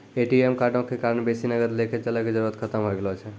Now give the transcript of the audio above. ATM कार्डो के कारण बेसी नगद लैके चलै के जरुरत खतम होय गेलो छै